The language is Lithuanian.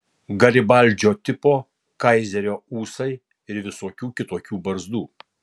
garibaldžio tipo kaizerio ūsai ir visokių kitokių barzdų